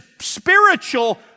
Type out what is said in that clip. spiritual